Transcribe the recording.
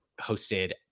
hosted